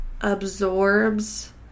absorbs